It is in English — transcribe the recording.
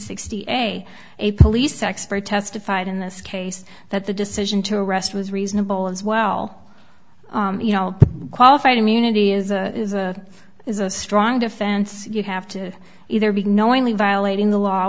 sixty a a police expert testified in this case that the decision to arrest was reasonable as well you know qualified immunity is a is a strong defense you have to either be knowingly violating the law